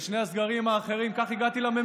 אינו נוכח בנימין נתניהו, אינו נוכח יואב סגלוביץ'